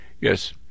yes